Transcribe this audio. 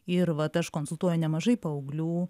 ir vat aš konsultuoju nemažai paauglių